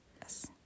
Yes